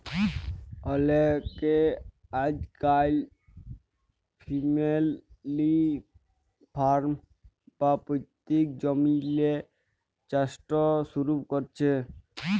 অলেকে আইজকাইল family farm বা পৈত্তিক জমিল্লে চাষট শুরু ক্যরছে